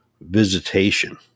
visitation